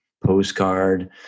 postcard